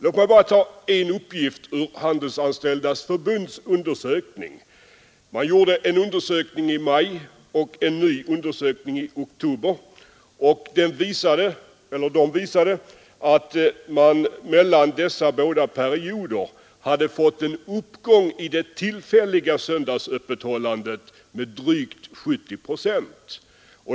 Låt mig bara ta en uppgift ur Handelsanställdas förbunds undersökning. Man gjorde en undersökning i maj och en ny undersökning i oktober, och de visade att man under denna period hade fått en uppgång i det tillfälliga söndagsöppethållandet med drygt 70 procent.